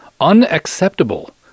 Unacceptable